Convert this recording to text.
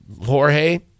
Jorge